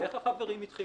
ואיך החברים התחילו?